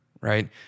right